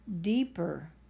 deeper